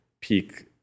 peak